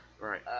Right